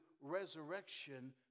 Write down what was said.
resurrection